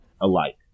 alike